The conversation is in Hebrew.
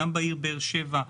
גם בעיר באר שבע,